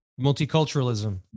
multiculturalism